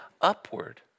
upward